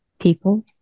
people